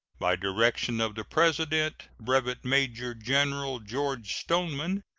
by direction of the president, brevet major-general george stoneman,